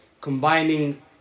combining